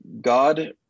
God